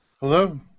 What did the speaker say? Hello